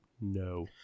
No